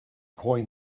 coined